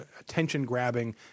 attention-grabbing